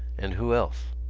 and who else?